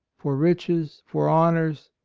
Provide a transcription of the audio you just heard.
for riches, for honors,